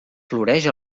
floreix